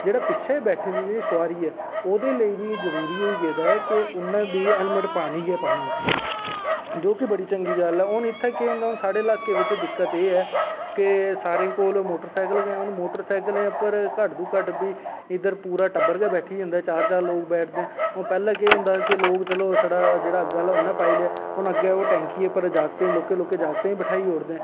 जेह्ड़ी पिच्छें बैठी दी सवारी ऐ ओह्दै लेई बी जरूरी होई गेदा ऐ कि उन्नै बी हैल्मट पानी गै पानी ऐ जो कि चंगी गल्ल ऐ साढ़े इत्थें केह् ऐ साढ़ा लाह्के च दिक्कत एह् ऐ के सारें कोल मोटर सैकल गै न मोटर सैकल उप्पर घट्ट तो घट्ट बी इद्दर पूरा टब्बर गै बैठी जंदा चार चतार लोग बैठदे पैह्लैं केह् होंदा हा कि लोग अग्गैं आह्ला शड़ा उन्नै पाई लेई हून अग्गैं टैकियै पर लोह्के लोह्के जागतें गी बठाई ओड़दे